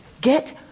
Get